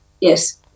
Yes